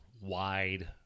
wide